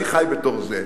אני חי בתוך זה.